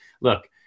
look